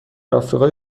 آفریقای